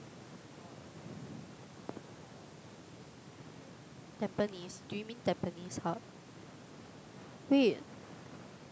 Tampines do you mean Tampines hub wait